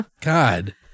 God